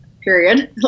period